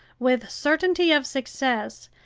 with certainty of success,